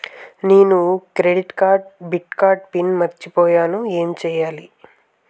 నేను credit card debit card PIN మర్చిపోయేను ఎం చెయ్యాలి?